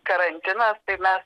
karantinas tai mes